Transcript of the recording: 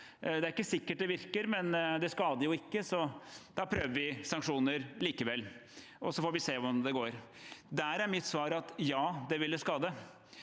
det er ikke sikkert det virker, men det skader jo ikke, så da prøver vi med sanksjoner likevel, og så får vi se hvordan det går. Der er mitt svar at det ville skade.